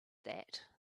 that